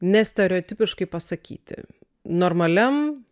nestereotipiškai pasakyti normaliam